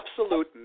absolute